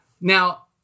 Now